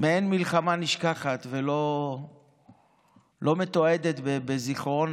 מעין מלחמה נשכחת ולא מתועדת בזיכְרון